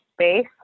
space